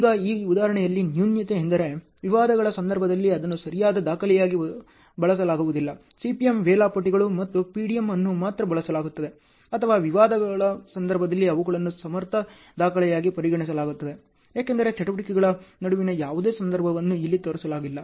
ಈಗ ಈ ಉದಾಹರಣೆಯಲ್ಲಿ ನ್ಯೂನತೆಯೆಂದರೆ ವಿವಾದಗಳ ಸಂದರ್ಭದಲ್ಲಿ ಅದನ್ನು ಸರಿಯಾದ ದಾಖಲೆಯಾಗಿ ಬಳಸಲಾಗುವುದಿಲ್ಲ CPM ವೇಳಾಪಟ್ಟಿಗಳು ಅಥವಾ PDM ಅನ್ನು ಮಾತ್ರ ಬಳಸಲಾಗುತ್ತದೆ ಅಥವಾ ವಿವಾದಗಳ ಸಂದರ್ಭದಲ್ಲಿ ಅವುಗಳನ್ನು ಸಮರ್ಥ ದಾಖಲೆಯಾಗಿ ಪರಿಗಣಿಸಲಾಗುತ್ತದೆ ಏಕೆಂದರೆ ಚಟುವಟಿಕೆಗಳ ನಡುವಿನ ಯಾವುದೇ ಸಂಬಂಧವನ್ನು ಇಲ್ಲಿ ತೋರಿಸಲಾಗಿಲ್ಲ